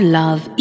love